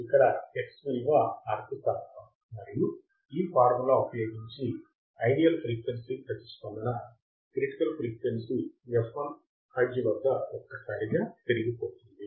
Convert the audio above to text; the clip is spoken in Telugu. ఇక్కడ x విలువ R కి సమానం మరియు ఈ ఫార్ములా ఉపయోగించి ఐడియల్ ఫ్రీక్వెన్సీ ప్రతిస్పందన క్రిటికల్ ఫ్రీక్వెన్సీ f1 హెర్ట్జ్ వద్ద ఒక్కసారిగా పెరిగిపోతుంది